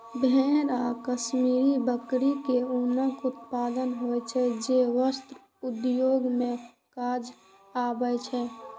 भेड़ आ कश्मीरी बकरी सं ऊनक उत्पादन होइ छै, जे वस्त्र उद्योग मे काज आबै छै